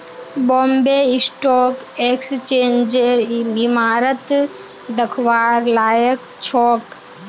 Bombay stock एक्सचेंजेर इमारत दखवार लायक छोक